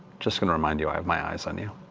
just going to remind you i have my eyes on you.